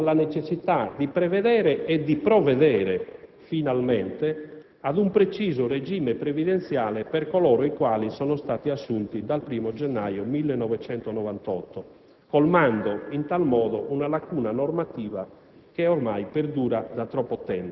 incluso il riferimento alla necessità di prevedere, e di provvedere finalmente, ad un preciso regime previdenziale per coloro i quali sono stati assunti dal 1° gennaio 1998, colmando in tale modo una lacuna normativa